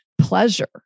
pleasure